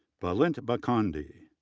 balint bakondi,